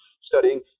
studying